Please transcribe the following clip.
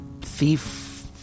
thief